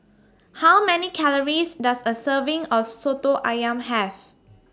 How Many Calories Does A Serving of Soto Ayam Have